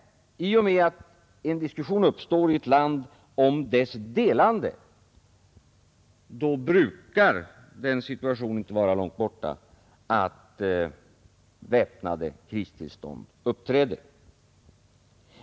Ty i och med att en diskussion uppstår i ett land om dess delande, brukar den situationen inte vara långt borta då ett väpnat kristillstånd inträder.